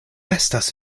estas